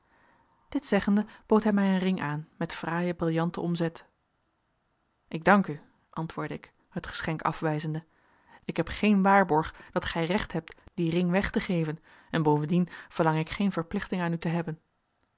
dit zeggende bood hij mij een ring aan met fraaie brillanten omzet ik dank u antwoordde ik het geschenk afwijzende ik heb geen waarborg dat gij recht hebt dien ring weg te geven en bovendien verlang ik geen verplichting aan u te hebben